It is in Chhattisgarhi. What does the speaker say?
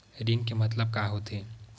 ऋण के मतलब का होथे?